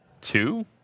two